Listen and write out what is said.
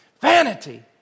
vanity